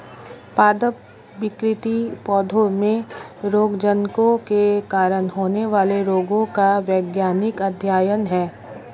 पादप विकृति पौधों में रोगजनकों के कारण होने वाले रोगों का वैज्ञानिक अध्ययन है